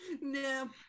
No